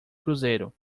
cruzeiro